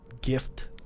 gift